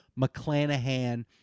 McClanahan